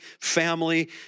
family